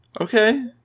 Okay